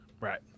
Right